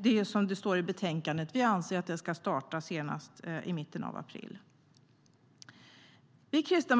Det är som det står i betänkandet: Vi anser att den ska starta senast i mitten av april.. Vi lyfte